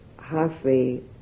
halfway